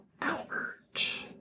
Albert